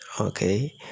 okay